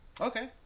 Okay